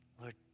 Lord